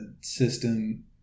system